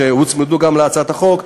שהוצמדו גם להצעת החוק,